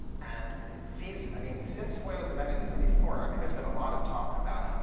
and fees, i mean, since foia was amended in seventy four, i mean, there's been a lot of talk about um